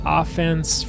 offense